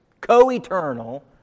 co-eternal